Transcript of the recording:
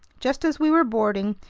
just as we were boarding,